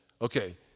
Okay